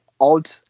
odd